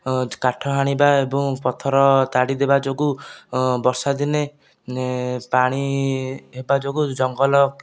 କାଠ ହାଣିବା ପଥର ତାଡ଼ିଦେବା ଯୋଗୁଁ ବର୍ଷାଦିନେ ପାଣି ହେବା ଯୋଗୁଁ ଜଙ୍ଗଲ